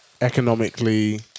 economically